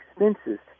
expenses